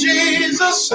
Jesus